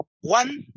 one